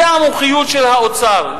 זאת המומחית של האוצר,